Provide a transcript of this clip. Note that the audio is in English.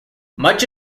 much